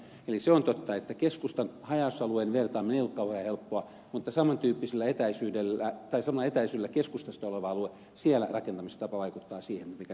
se on totta että keskustan ja haja asutusalueen vertailu ei ole kauhean helppoa mutta samalla etäisyydellä keskustasta olevalla alueella rakentamistapa vaikuttaa siihen mikä veron määrä on